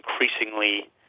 increasingly